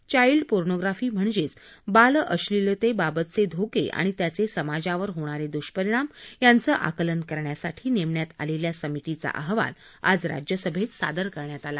child pornography म्हणजेच बालअश्नीलते बाबतचे धोके आणि त्याचे समाजावर होणारे दुष्परिणाम याचं आकलन करण्यासाठी नेमण्यात आलेल्या समितीचा अहवाल आज राज्यसभेत सादर करण्यात आला